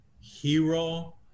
hero